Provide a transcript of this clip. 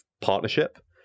partnership